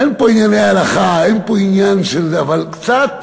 אין פה עניינים של הלכה, אבל קצת